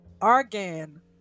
argan